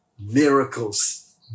miracles